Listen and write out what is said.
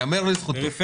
נכון.